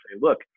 look